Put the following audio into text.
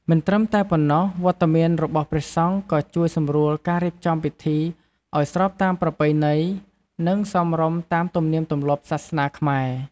មិនត្រឹមតែប៉ុណ្ណោះ វត្តមានរបស់ព្រះសង្ឃក៏ជួយសម្រួលការរៀបចំពិធីឲ្យស្របតាមប្រពៃណី និង សមរម្យតាមទំនៀមទម្លាប់សាសនាខ្មែរ។